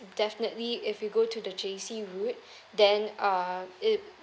definitely if you go to the J_C route then uh it